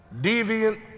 deviant